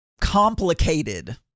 complicated